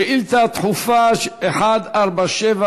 שאילתה דחופה 147,